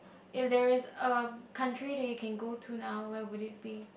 if there is a country that you can go to now where would it be